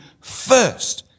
first